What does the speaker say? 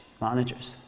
managers